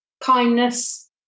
kindness